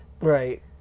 Right